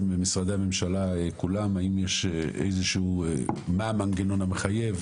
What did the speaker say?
במשרדי הממשלה כולם: מה הוא המנגנון המחייב,